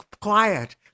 Quiet